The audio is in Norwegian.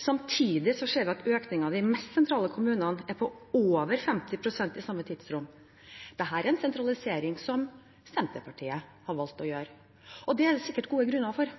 Samtidig ser vi at økningen i de mest sentrale kommunene er på over 50 pst. i samme tidsrom. Dette er en sentralisering som Senterpartiet har valgt. Det er det sikkert gode grunner